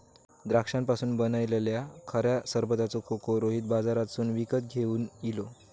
द्राक्षांपासून बनयलल्या खऱ्या सरबताचो खोको रोहित बाजारातसून विकत घेवन इलो